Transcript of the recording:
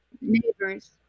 neighbors